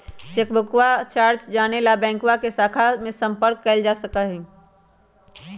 चेकबुकवा चार्ज के जाने ला बैंकवा के शाखा में संपर्क कइल जा सका हई